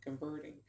converting